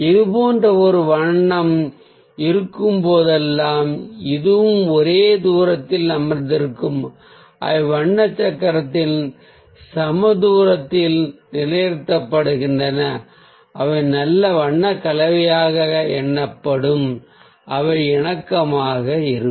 இது போன்ற ஒரு வண்ணம் இருக்கும்போதெல்லாம் இதுவும் ஒரே தூரத்தில் அமர்ந்திருக்கும் அவை வண்ண சக்கரத்தில் சம தூரத்தில் நிலைநிறுத்தப்படுகின்றன அவை நல்ல வண்ண கலவையாக எண்ணப்படும் அவை இணக்கமாக இருக்கும்